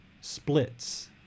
splits